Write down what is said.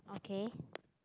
okay